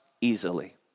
easily